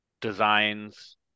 designs